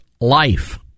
life